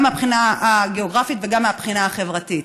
גם מהבחינה הגיאוגרפית וגם מהבחינה החברתית?